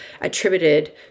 attributed